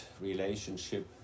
relationship